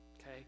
Okay